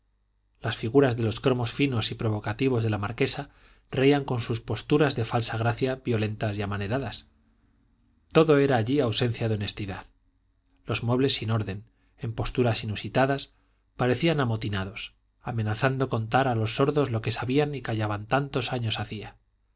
las figuras de los cromos finos y provocativos de la marquesa reían con sus posturas de falsa gracia violentas y amaneradas todo era allí ausencia de honestidad los muebles sin orden en posturas inusitadas parecían amotinados amenazando contar a los sordos lo que sabían y callaban tantos años hacía